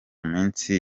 minsi